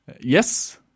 Yes